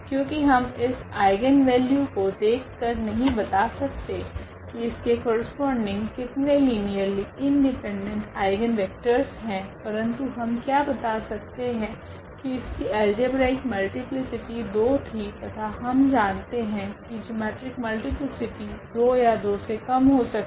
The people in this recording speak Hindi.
क्योकि हम इस आइगनवेल्यू को देख कर नहीं बता सकते कि इसके करस्पोंडिंग कितने लीनियरली इंडिपेंडेंट आइगनवेक्टरस है परंतु हम क्या बता सकते है की इसकी अल्जेब्रिक मल्टीप्लीसिटी 2 थी तथा हम जानते है की जिओमेट्रिक मल्टीप्लीसिटी 2 या 2 से कम हो सकती है